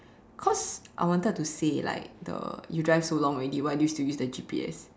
cause I wanted to say like the you drive so long already why do you still use the G_P_S